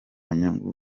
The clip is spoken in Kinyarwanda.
nyungu